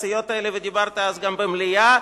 ודיברת אז גם במליאה,